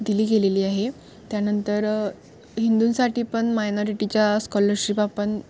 दिली गेलेली आहे त्यानंतर हिंदूंसाठी पण मायनॉरिटीच्या स्कॉलरशिप आपण